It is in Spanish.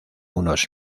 unos